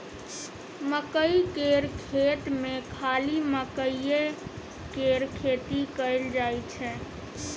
मकई केर खेत मे खाली मकईए केर खेती कएल जाई छै